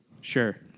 Sure